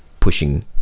pushing